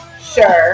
Sure